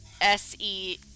S-E